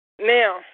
Now